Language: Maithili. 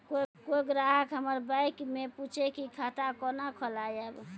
कोय ग्राहक हमर बैक मैं पुछे की खाता कोना खोलायब?